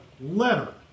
letter